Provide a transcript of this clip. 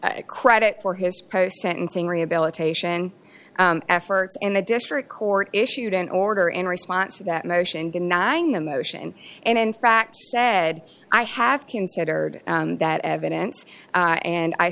a credit for his post sentencing rehabilitation efforts in the district court issued an order in response to that motion denying the motion and in fact said i have considered that evidence and i